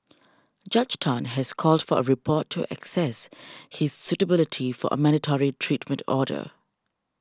Judge Tan has called for a report to access his suitability for a mandatory treatment order